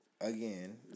again